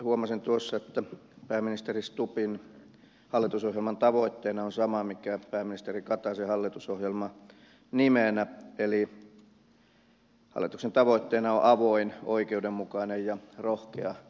huomasin tuossa että pääministeri stubbin hallitusohjelman tavoitteena on sama mikä pääministeri kataisen hallitusohjelman nimenä eli hallituksen tavoitteena on avoin oikeudenmukainen ja rohkea suomi